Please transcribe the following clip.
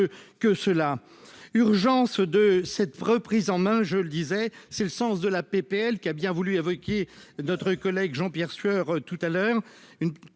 que cela, urgence de cette reprise en main, je le disais, c'est le sens de la PPL qui a bien voulu évoquer notre collègue Jean-Pierre Sueur tout à l'heure